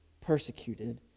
persecuted